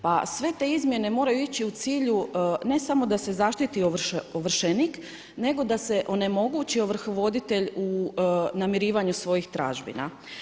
Pa sve te izmjene moraju ići u cilju ne samo da se zaštiti ovršenik nego da se onemogući ovrhovoditelj u namirivanju svojih tražbina.